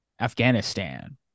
Afghanistan